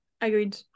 Agreed